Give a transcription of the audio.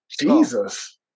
Jesus